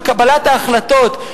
של קבלת ההחלטות,